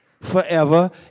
Forever